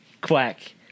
quack